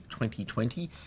2020